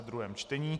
druhé čtení